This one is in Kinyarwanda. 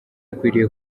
akwiriye